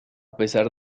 pesar